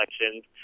elections